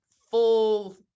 full